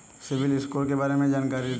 CIBIL score के बारे में जानकारी दें?